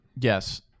Yes